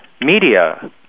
media